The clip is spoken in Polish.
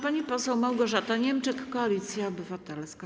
Pani poseł Małgorzata Niemczyk, Koalicja Obywatelska.